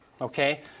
Okay